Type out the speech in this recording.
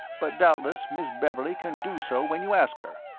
but doubtless miss beverley can do so when you ask her.